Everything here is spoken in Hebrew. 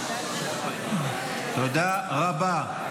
תודה רבה.